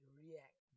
react